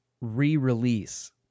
re-release